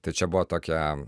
tai čia buvo tokia